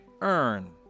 earn